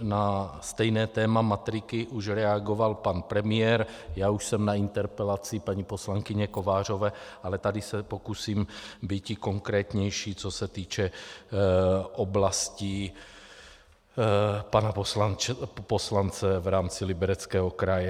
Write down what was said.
Na stejné téma matriky už reagoval pan premiér, já už na interpelaci paní poslankyně Kovářové, ale tady se pokusím být konkrétnější, co se týče oblastí pana poslance v rámci Libereckého kraje.